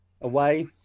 away